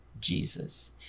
Jesus